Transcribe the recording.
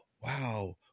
wow